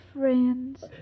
friends